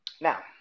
Now